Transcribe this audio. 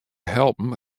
helpen